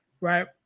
Right